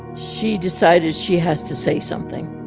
she decided she has to say something